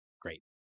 great